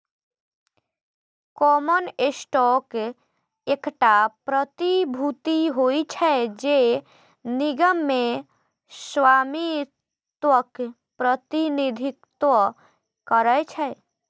common stock एकटा प्रतिभूति होइ छै, जे निगम मे स्वामित्वक प्रतिनिधित्व करै छै